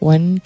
One